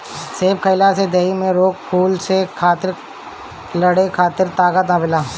सेब खइला से देहि में रोग कुल से लड़े खातिर ताकत आवेला